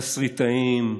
תסריטאים,